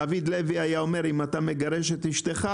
דוד לוי היה אומר "אם אתה מגרש את אשתך,